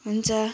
हुन्छ